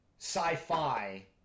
sci-fi